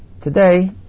Today